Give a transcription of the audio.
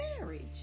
marriage